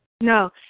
No